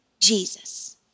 Jesus